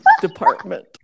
department